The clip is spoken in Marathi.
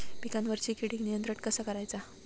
पिकावरची किडीक नियंत्रण कसा करायचा?